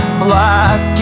black